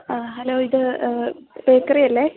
ആ ഹലോ ഇത് ബേക്കറി അല്ലേ